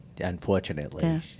unfortunately